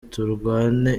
turwane